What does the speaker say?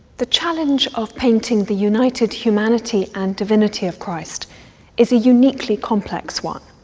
the challenge of painting the united humanity and divinity of christ is a uniquely complex one.